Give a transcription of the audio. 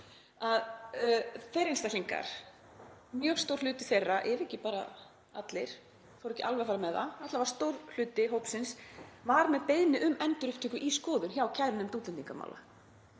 þeir einstaklingar, mjög stór hluti þeirra ef ekki bara allir, ég þori ekki alveg að fara með það, alla vega stór hluti hópsins var með beiðni um endurupptöku í skoðun hjá kærunefnd útlendingamála.